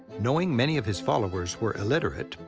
knowing many of his followers were illiterate,